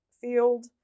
field